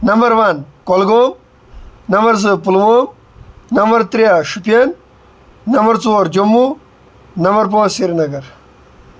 number one Kulgam number زٕ Pulwama number ترٛےٚ Shopian number ژور جموں نمبر پانٛژھ سرینگر